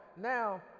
now